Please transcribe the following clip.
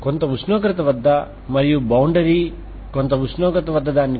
కాబట్టి మీ వద్ద ఉన్నది రాడ్ యొక్క పొడవు